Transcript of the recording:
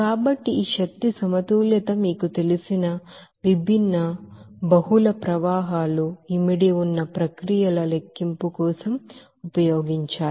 కాబట్టి ఈ ఎనర్జీ బాలన్స్ను మీకు తెలిసిన విభిన్న బహుళ ప్రవాహాలు ఇమిడి ఉన్న ప్రక్రియల లెక్కింపుకోసం ఉపయోగించాలి